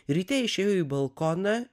ryte išėjau į balkoną